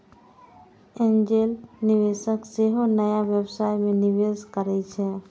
angel निवेशक सेहो नया व्यवसाय मे निवेश करै छै